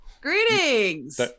Greetings